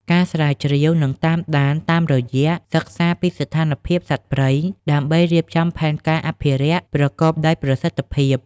ការស្រាវជ្រាវ និងតាមដានតាមរយៈ សិក្សាពីស្ថានភាពសត្វព្រៃ ដើម្បីរៀបចំផែនការអភិរក្សប្រកបដោយប្រសិទ្ធភាព។